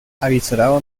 avizorado